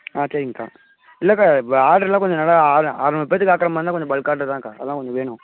ஆ சரிங்கக்கா இல்லைக்கா இப்போ ஆர்டருலாம் கொஞ்சம் நல்லா ஆ அறநூறு பேற்றுக்கு ஆக்கிற மாதிரி இருந்தால் கொஞ்சம் பல்க் ஆர்டருதாக்கா அதான் கொஞ்சம் வேணும்